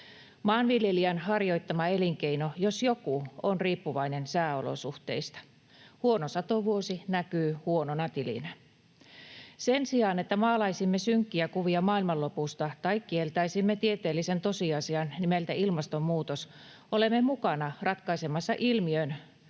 Maanviljelijän harjoittama elinkeino, jos jokin, on riippuvainen sääolosuhteista: huono satovuosi näkyy huonona tilinä. Sen sijaan, että maalaisimme synkkiä kuvia maailmanlopusta tai kieltäisimme tieteellisen tosiasian nimeltä ilmastonmuutos, olemme mukana ratkaisemassa ilmiöön